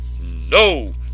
no